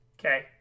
Okay